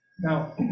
Now